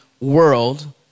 world